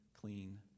clean